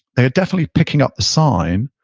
they are definitely picking up the sign,